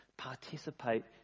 participate